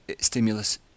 stimulus